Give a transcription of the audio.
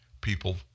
people